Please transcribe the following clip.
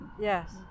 yes